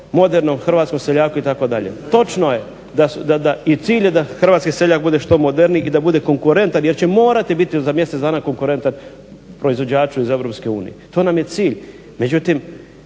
modernom hrvatskom seljaku itd. Točno je i cilj je da hrvatski seljak bude što moderniji i da bude konkurentan jer će morati biti za mjesec dana konkurentan proizvođaču iz Europske unije. To nam je cilj.